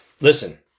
Listen